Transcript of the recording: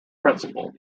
principle